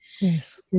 Yes